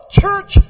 church